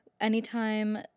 Anytime